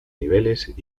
niveles